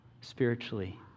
spiritually